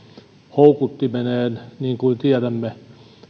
houkuttimineen niin kuin tiedämme